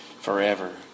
forever